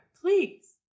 please